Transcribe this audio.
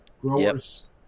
Growers